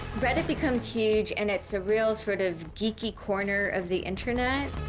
reddit becomes huge and it's a real sort of geeky corner of the internet